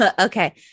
Okay